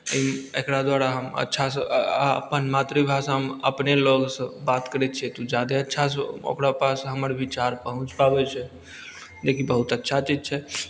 ई एकरा द्वारा हम अच्छासँ अपन मातृभाषामे अपने लोगसँ बात करै छियै तऽ ओ जादे अच्छासँ ओकरा पास हमर बिचार पहुँच पाबैत छै जे कि बहुत अच्छा चीज छै